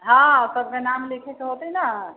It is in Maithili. हँ सबके नाम लिखै के होतै न